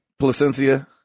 Placencia